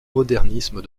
modernisme